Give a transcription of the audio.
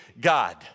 God